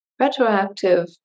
Retroactive